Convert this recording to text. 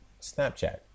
Snapchat